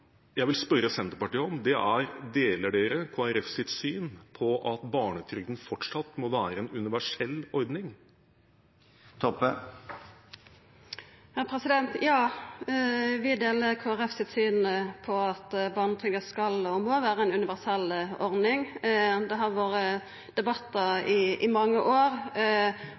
jeg vil spørre Senterpartiet om, er: Deler Senterpartiet Kristelig Folkepartis syn på at barnetrygden fortsatt må være en universell ordning? Ja, vi deler Kristeleg Folkeparti sitt syn på at barnetrygda skal vera ei universell ordning. Det har